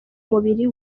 mubiri